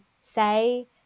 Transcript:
say